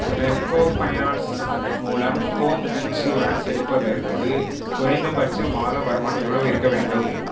Repco finance மூலம் home insurance எடுப்பதற்கு குறைந்தபட்ச மாத வருமானம் எவ்வளவு இருக்கவேண்டும்